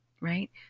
right